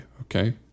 okay